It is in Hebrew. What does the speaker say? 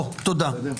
תודה.